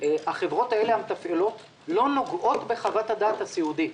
שהחברות המתפעלות לא נוגעות בחוות הדעת הסיעודית.